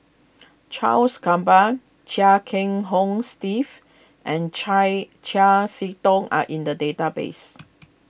Charles Gamba Chia Kiah Hong Steve and Chai Chiam See Tong are in the database